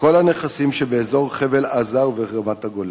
וכל הנכסים שבאזור חבל-עזה וברמת-הגולן.